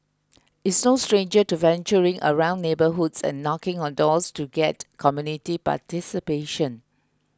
is no stranger to venturing around neighbourhoods and knocking on doors to get community participation